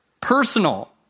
personal